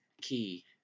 key